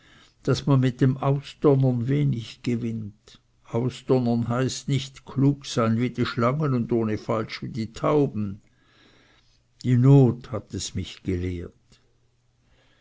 daß man mit dem ausdonnern wenig gewinnt ausdonnern heißt nicht klug sein wie die schlangen und ohne falsch wie die tauben die not hat es mich gelehrt